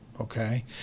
okay